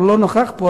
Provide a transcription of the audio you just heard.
אבל הוא לא נוכח פה,